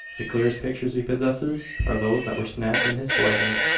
the clearest pictures he possesses are those that were snapped in his boyhood.